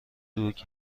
دوگ